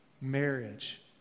marriage